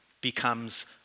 becomes